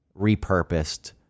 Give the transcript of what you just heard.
Repurposed